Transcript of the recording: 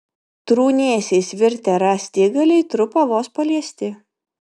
trūnėsiais virtę rąstigaliai trupa vos paliesti